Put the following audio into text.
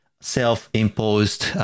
self-imposed